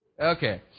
Okay